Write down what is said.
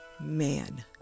Man